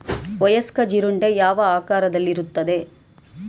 ವಯಸ್ಕ ಜೀರುಂಡೆ ಯಾವ ಆಕಾರದಲ್ಲಿರುತ್ತದೆ?